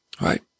right